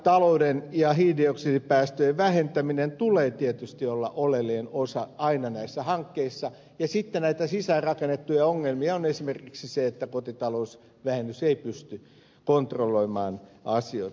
energiatalouden ja hiilidioksidipäästöjen vähentämisen tulee tietysti olla oleellinen osa aina näissä hankkeissa ja sitten näitä sisäänrakennettuja ongelmia on esimerkiksi se että kotitalousvähennys ei pysty kontrolloimaan asioita